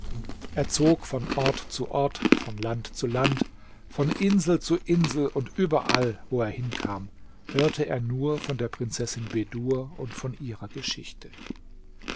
er zog von ort zu ort von land zu land und von insel zu insel und überall wo er hinkam hörte er nur von der prinzessin bedur und von ihrer geschichte